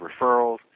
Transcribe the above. referrals